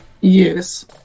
Yes